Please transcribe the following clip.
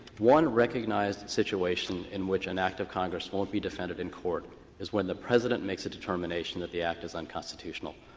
one recognized situation in which an act of congress won't be defended in court is when the president makes a determination that the act is unconstitutional.